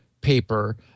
paper